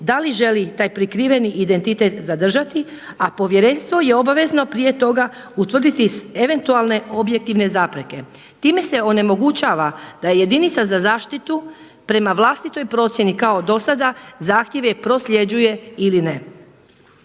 da li želi taj prikriveni identitet zadržati a povjerenstvo je obavezno prije toga utvrditi eventualne objektivne zapreke. Time se onemogućava da jedinica za zaštitu prema vlastitoj procjeni kao dosada zahtjeve prosljeđuje ili ne.